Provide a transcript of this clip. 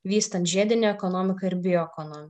vystant žiedinę ekonomiką ir bioekonomiką